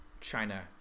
china